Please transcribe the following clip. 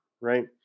right